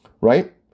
right